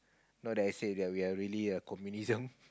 not that I say that we are really a communism